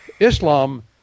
Islam